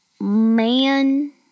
man